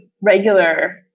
regular